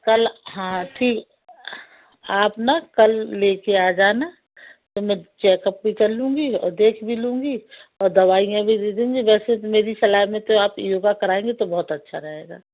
कल हाँ ठीक आप ना कल लेकर आ जाना तो मैं चेकअप भी कर लूँगी और देख भी लूँगी और दवाइयाँ भी दे दूँगी वैसे मेरी सलाह में तो आप योग कराएँगे तो बहुत अच्छा रहेगा